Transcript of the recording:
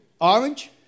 Orange